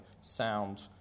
sound